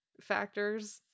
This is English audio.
factors